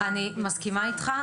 אני מסכימה איתך.